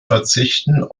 verzichten